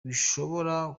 bishobora